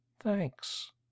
thanks